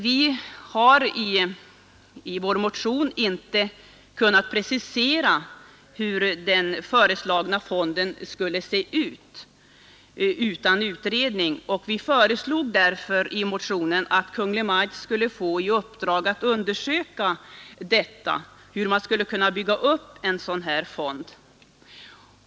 Vi har i vår motion inte kunnat precisera hur den föreslagna fonden utan företagen utredning skulle se ut, och vi föreslog därför att Kungl. Maj:t skulle få i uppdrag att undersöka hur man skulle kunna bygga upp en fond.